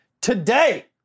Today